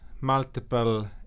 multiple